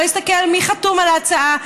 לא להסתכל מי חתום על ההצעה.